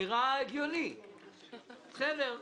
נראה הגיוני, בסדר.